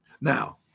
Now